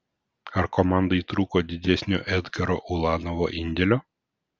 ar komandai trūko didesnio edgaro ulanovo indėlio